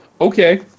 okay